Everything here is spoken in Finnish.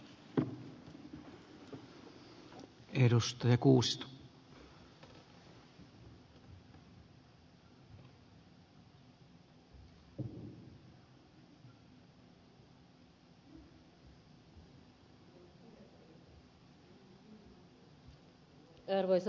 arvoisa puhemies